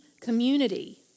community